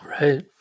Right